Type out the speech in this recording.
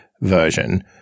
version